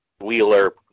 Wheeler